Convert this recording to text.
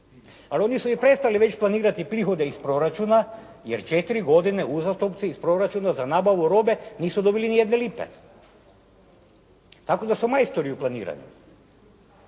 Ali oni su i prestali već planirati prihode iz proračuna jer 4 godine uzastopce iz proračuna za nabavu robe nisu dobili ni jedne lipe. Tako da su majstori u planiranju.